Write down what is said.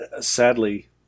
sadly